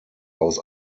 aus